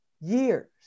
years